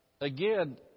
again